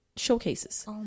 showcases